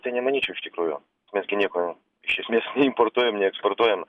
tai nemanyčiau iš tikrųjų mes gi nieko iš esmės neimportuojam neeksportuojam